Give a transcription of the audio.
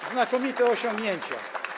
To znakomite osiągnięcia.